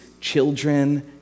children